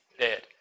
dead